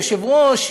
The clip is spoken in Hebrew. היושב-ראש,